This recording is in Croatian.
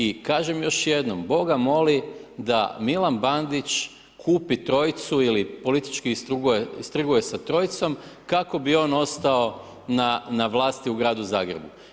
I kažem još jednom, Boga moli da Milan Bandić kupi trojcu ili politički istrguje sa trojicom kako bi on ostao na vlasti u gradu Zagrebu.